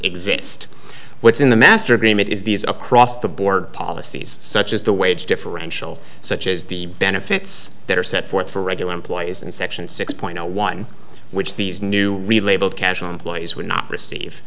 exist what's in the master agreement is these across the board policies such as the wage differentials such as the benefits that are set forth for regular employees and section six point zero one which these new relabeled casual employees would not receive